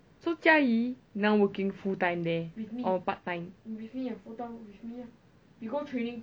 so jia yi now working full time there or part time